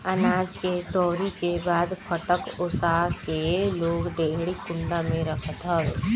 अनाज के दवरी के बाद फटक ओसा के लोग डेहरी कुंडा में रखत हवे